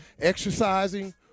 exercising